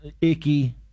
icky